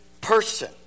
person